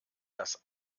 das